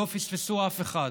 לא פספסו אף אחד.